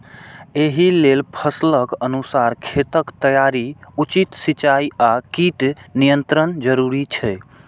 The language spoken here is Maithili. एहि लेल फसलक अनुसार खेतक तैयारी, उचित सिंचाई आ कीट नियंत्रण जरूरी छै